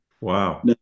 Wow